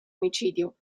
omicidio